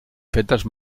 fetes